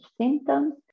symptoms